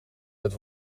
het